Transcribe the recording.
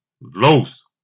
Los